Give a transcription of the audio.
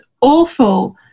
awful